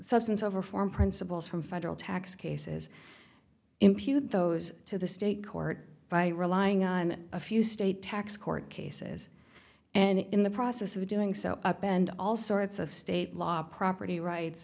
substance over form principles from federal tax cases impute those to the state court by relying on a few state tax court cases and in the process of doing so up and also it's a state law property rights